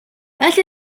аль